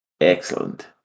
Excellent